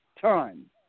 time